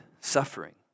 suffering